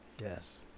Yes